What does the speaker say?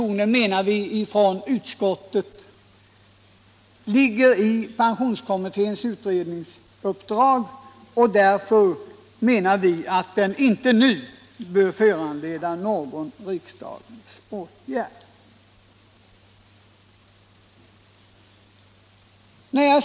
Också det motionskravet ligger inom pensionskommitténs utredningsuppdrag och bör därför inte nu föranleda någon riksdagens åtgärd.